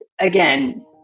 again